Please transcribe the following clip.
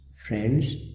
friends